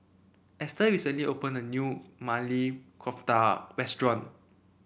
Easter recently opened a new Maili Kofta Restaurant